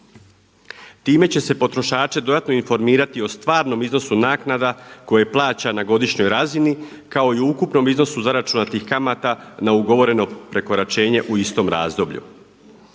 Time će se potrošače dodatno informirati o stvarnom iznosu naknada koje plaća na godišnjoj razini kao i o ukupnom iznosu zaračunatih kamata na ugovoreno prekoračenje u istom razdoblju.